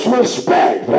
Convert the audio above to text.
respect